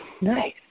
Nice